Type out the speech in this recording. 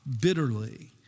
bitterly